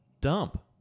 dump